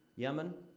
yemen,